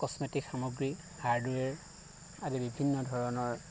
cosmetic সামগ্ৰী hardware আদি বিভিন্ন ধৰণৰ